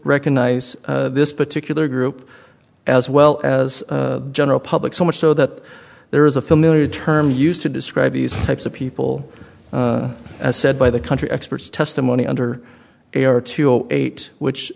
recognize this particular group as well as general public so much so that there is a familiar term used to describe these types of people as said by the country experts testimony under eight which